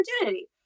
opportunity